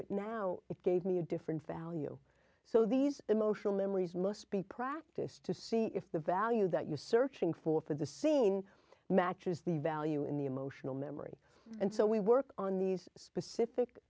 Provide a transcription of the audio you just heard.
it now it gave me a different value so these emotional memories must be practice to see if the value that you're searching for for the scene matches the value in the emotional memory and so we work on these specific